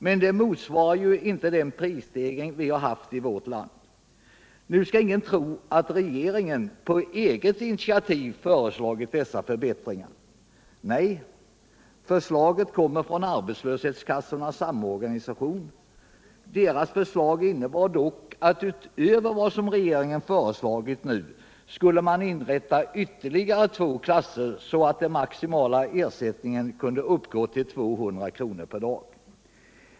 Men det motsvarar ju inte den prisstegring som vi har haft i vårt land. Nu skall ingen tro att regeringen på eget initiativ har föreslagit dessa förbättringar. Nej, förslaget kommer från arbetslöshetskassornas samorganisation. Dess förslag innebar dock att man utöver vad regeringen har föreslagit skulle inrätta ytterligare två klasser, så att den maximala ersättningen kunde uppgå till 200 kr. per dag.